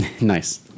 Nice